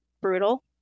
brutal